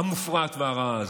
המופרעת והרעה הזאת.